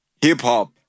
hip-hop